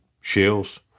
shells